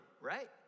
right